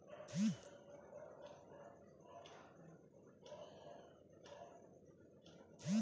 Drip सिंचाई प्रणाली क्या है?